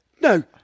No